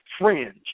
fringe